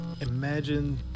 imagine